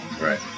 Right